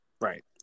Right